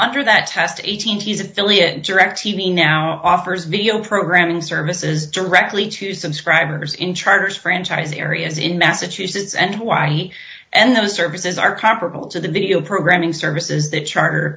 under that test eighteen he's affiliate direct t v now offers video programming services directly to subscribers in charters franchise areas in massachusetts and hawaii and those services are comparable to the video programming services the charter